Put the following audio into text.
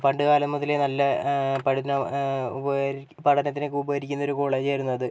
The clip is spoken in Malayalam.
പണ്ടുകാലം മുതലേ നല്ല പഠനം പഠനത്തിനൊക്കെ ഉപകരിക്കുന്ന ഒരു കോളേജ് ആയിരുന്നു അത്